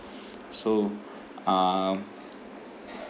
so um